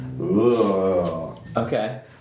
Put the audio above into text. Okay